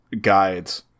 guides